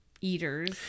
eaters